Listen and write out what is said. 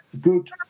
good